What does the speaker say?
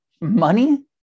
money